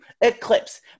Eclipse